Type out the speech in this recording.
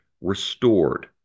restored